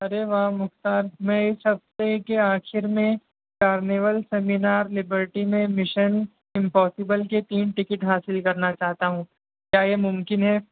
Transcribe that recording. ارے واہ مختار میں اس ہفتے کے آخر میں کارنیول سیمینار لبرٹی میں مشن امپوسبل کی تین ٹکٹ حاصل کرنا چاہتا ہوں کیا یہ ممکن ہے